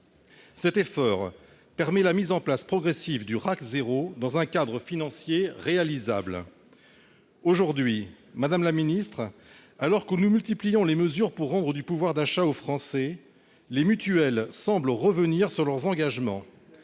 Cet effort permet la mise en place progressive du RAC 0, dans un cadre financier réalisable. Aujourd'hui, madame la secrétaire d'État, alors que nous multiplions les mesures pour rendre du pouvoir d'achat aux Français, les mutuelles semblent revenir sur leurs engagements.